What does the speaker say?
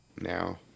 now